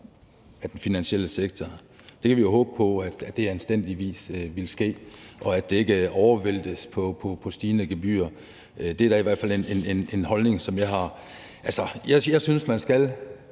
af den finansielle sektor. Det kunne vi jo håbe anstændigvis ville ske, og at det ikke overvæltes på stigende gebyrer. Det er i hvert fald en holdning, som jeg har. Jeg synes, man først